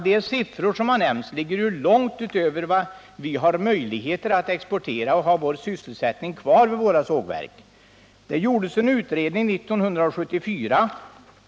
Den virkesmängd som nämnts ligger långt över vad vi har möjligheter att exportera, om vi skall ha någon sysselsättning kvar vid våra sågverk.